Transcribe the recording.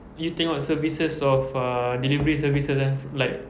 you tengok services of uh delivery services eh like